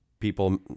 People